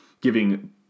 giving